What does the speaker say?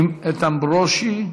איתן ברושי.